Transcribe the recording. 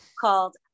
called